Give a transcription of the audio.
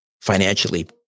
financially